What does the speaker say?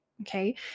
Okay